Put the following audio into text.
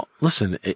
Listen